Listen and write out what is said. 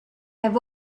have